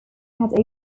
had